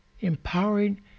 empowering